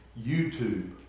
YouTube